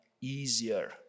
easier